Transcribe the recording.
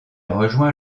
rejoint